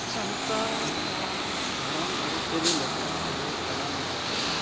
ᱥᱟᱱᱛᱟᱲ ᱠᱚᱣᱟᱜ ᱫᱷᱚᱨᱚᱢ ᱟᱹᱨᱤ ᱪᱟᱹᱞᱤ ᱞᱮᱠᱟᱛᱮ ᱠᱟᱨᱟᱢ ᱫᱚ